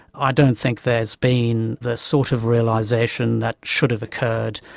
i don't think there's been the sort of realisation that should have occurred,